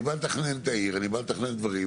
אני בא לתכנן את העיר, אני בא לתכנן דברים.